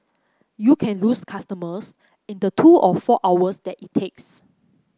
you can lose customers in the two or four hours that it takes